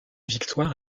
victoire